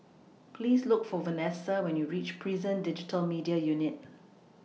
Please Look For Vanessa when YOU REACH Prison Digital Media Unit